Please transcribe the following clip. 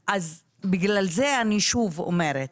בגלל זה אני שוב אומרת,